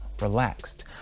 relaxed